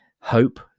Hope